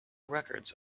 records